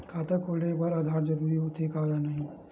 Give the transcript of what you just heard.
खाता खोले बार आधार जरूरी हो थे या नहीं?